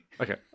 Okay